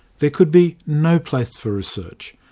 there could be no place for research.